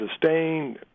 sustained